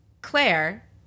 Claire